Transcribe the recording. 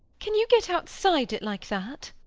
can you get outside it like that?